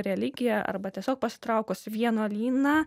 religiją arba tiesiog pasitraukus į vienuolyną